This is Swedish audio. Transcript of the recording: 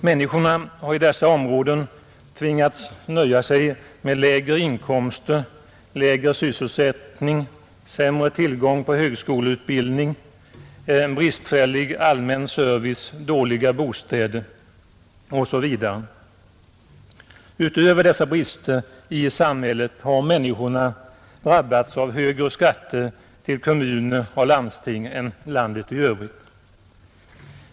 Människorna har i dessa områden tvingats nöja sig med lägre inkomster, lägre sysselsättning, sämre tillgång på högskoleutbildning, en bristfällig allmän service, dåliga bostäder osv. Utöver dessa brister i samhället har människorna drabbats av högre skatter till kommuner och landsting än landet i övrigt.